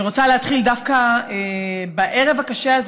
אני רוצה להתחיל דווקא בערב הקשה,